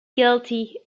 guilty